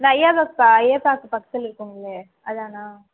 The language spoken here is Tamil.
இந்த ஐயப்பாக்கு பக்கத்தில் இருக்குங்களே அதானா